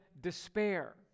despair